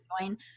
join